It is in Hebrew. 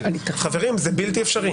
חברים, זה בלתי אפשרי.